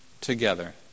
together